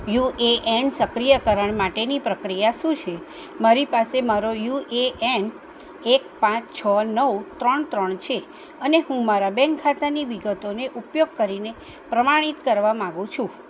UAN સક્રિયકરણ માટેની પ્રક્રિયા શું છે મારી પાસે મારો યુએએન એક પાંચ છ નવ ત્રણ ત્રણ છે અને હું મારા બેંક ખાતાની વિગતોને ઉપયોગ કરીને પ્રમાણિત કરવા માગું છું